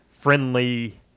friendly